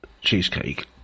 cheesecake